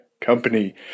company